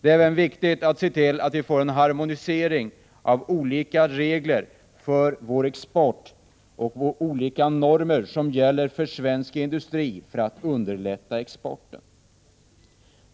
Det är även viktigt att se till att vi får en harmonisering av olika regler för vår export och de olika normer som gäller för svensk industri för att underlätta exporten.